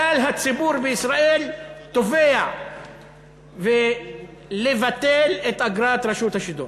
כלל הציבור בישראל תובע לבטל את אגרת רשות השידור.